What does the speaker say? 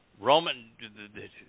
Roman